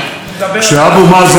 שרים.